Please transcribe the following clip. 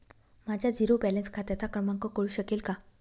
माझ्या zero balance खात्याचा क्रमांक कळू शकेल का?